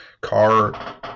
car